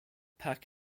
pack